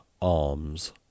alms